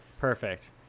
perfect